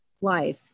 life